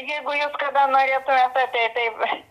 jeigu jūs kada norėtumėt ateit tai